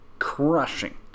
crushing